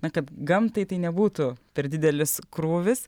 na kad gamtai tai nebūtų per didelis krūvis